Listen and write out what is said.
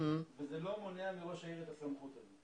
וזה לא מונע מראש העיר את הסמכות הזו.